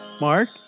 Mark